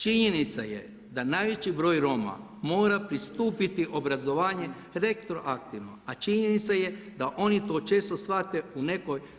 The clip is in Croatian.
Činjenica je da najveći broj Roma mora pristupiti obrazovanja retroaktivno, a činjenica je da oni to često shvate u nekoj